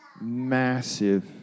massive